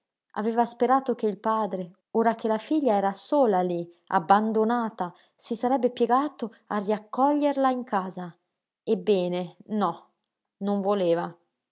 aveva sperato che il padre ora che la figlia era sola lí abbandonata si sarebbe piegato a riaccoglierla in casa ebbene no non voleva